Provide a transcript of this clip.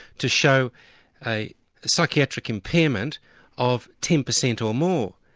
to show a psychiatric impairment of ten percent or more.